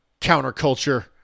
Counterculture